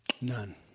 None